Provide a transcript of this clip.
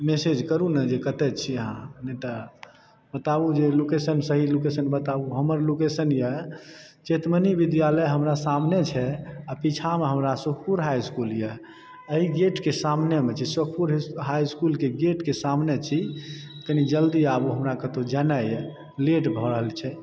message करूँ ने जे कतय छी अहाँ नहि तऽ बताबूँ जे लोकेशन सही लोकेशन बताबूँ हमर लोकेशन यऽ चेतमणि विद्यालय हमरा सामने छै आ पीछा मे हमरा सुखपुर हाई इसकुल यऽ एहि गेट के सामने मे छै सुखपुर हाई इसकुल के गेट के सामने छी कनि जल्दी आबूँ हमरा कतौ जेनाइ यऽ लेट भऽ रहल छै